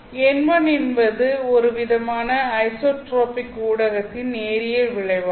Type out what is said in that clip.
n1 என்பது ஒரே விதமான ஐசோட்ரோபிக் ஊடகத்தின் நேரியல் விளைவாகும்